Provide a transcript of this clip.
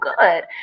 good